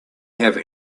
have